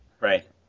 Right